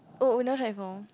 oh owner